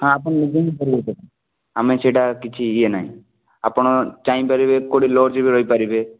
ହଁ ଆପଣ ନିଜେ ହିଁ ଆମେ ସେଇଟା କିଛି ଇଏ ନାହିଁ ଆପଣ ଚାହିଁପାରିବେ କେଉଁଠି ଲଜରେ ରହିପାରିବେ